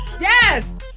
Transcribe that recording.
Yes